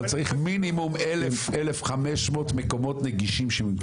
אבל צריך מינימום 1,000-1,500 מקומות נגישים.